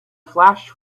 flash